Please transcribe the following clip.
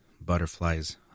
butterflies